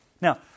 Now